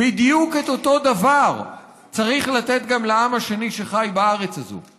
בדיוק את אותו דבר צריך לתת גם לעם השני שחי בארץ הזו.